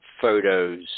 photos